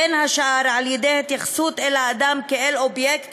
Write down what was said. בין השאר על-ידי התייחסות אל האדם כאל אובייקט